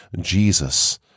Jesus